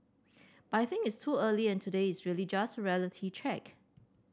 but I think it's too early and today is really just reality check